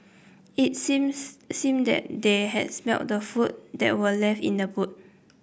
it seems seemed that they had smelt the food that were left in the boot